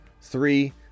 three